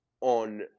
on